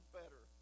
better